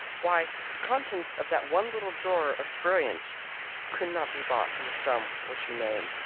why, the contents of that one little drawer of brilliants could not be bought for the sum which you name.